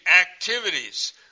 activities